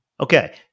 Okay